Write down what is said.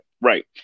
Right